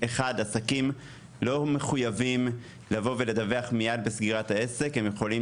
עסקים לא מחויבים לבוא ולדווח מיד בסגירת העסק; הם יכולים